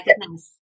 goodness